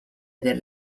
del